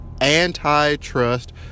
antitrust